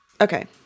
Okay